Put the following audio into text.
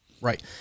Right